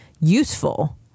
useful